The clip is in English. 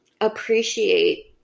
appreciate